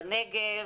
בנגב.